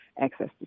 access